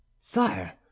Sire